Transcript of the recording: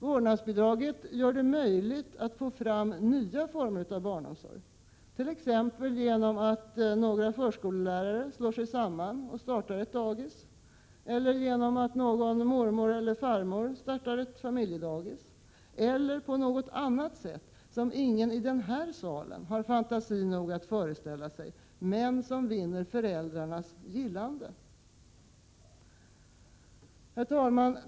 Vårdnadsbidraget gör det möjligt att få fram nya former av barnomsorg, t.ex. genom att några förskollärare slår sig samman och startar ett dagis, eller genom att någon mormor eller farmor startar ett familjedagis, eller på något annat sätt som ingen här i salen har fantasi nog att föreställa sig men som vinner föräldrarnas gillande. Herr talman!